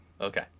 Okay